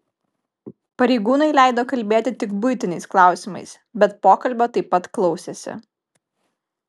pareigūnai leido kalbėti tik buitiniais klausimais bet pokalbio taip pat klausėsi